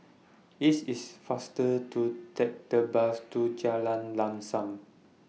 IT IS faster to Take The Bus to Jalan Lam SAM